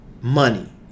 money